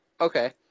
Okay